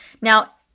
Now